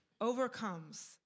overcomes